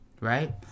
right